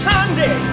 Sunday